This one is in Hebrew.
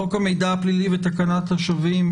חוק המידע הפלילי ותקנת השבים,